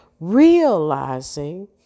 realizing